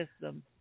system